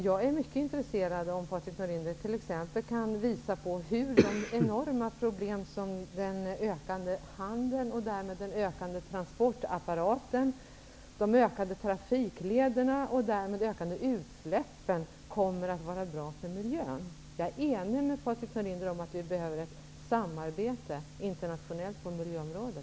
Jag är mycket intresserad om Patrik Norinder t.ex. kan visa på hur det kommer att vara bra för miljön med de enorma problem som den ökande handeln innebär, med utökningen av transportapparaten, av trafiklederna och därmed av utsläppen. Jag är enig med Patrik Norinder om att vi behöver ett internationellt samarbete på miljöområdet.